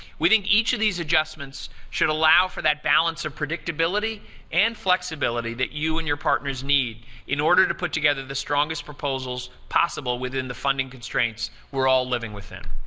within each of these fourteen adjustments should allow for that balance of predictability and flexibility that you and your partners need in order to put together the strongest proposals possible within the funding constraints we're all living within.